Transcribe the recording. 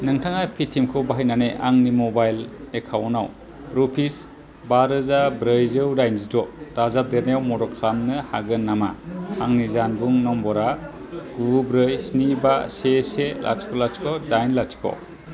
नोंथाङा पेटिएम खौ बाहायनानै आंनि मबाइल एकाउन्टाव रुपिस बा रोजा ब्रैजौ दाइनजिद दाजाबदेरनायाव मदद खालामनो हागोन नामा आंनि जानबुं नम्बरआ गु ब्रै स्नि बा से से लाथिख लाथिख दाइन लाथिख